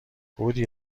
بودی